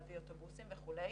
להביא אוטובוסים וכולי.